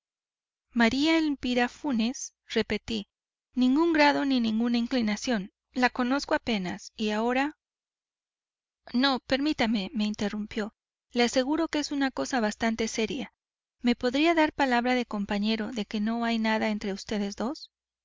maría elvira funes repetí ningún grado ni ninguna inclinación la conozco apenas y ahora no permítame me interrumpió le aseguro que es una cosa bastante seria me podría dar palabra de compañero de que no hay nada entre vds dos